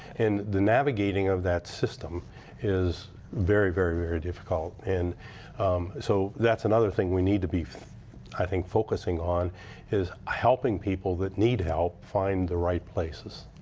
and the navigating of that system is very, very very difficult. and so that's another thing we need to be i think focusing on is helping people that need help. find the right places.